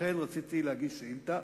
לכן רציתי להגיש שאילתא,